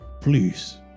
Please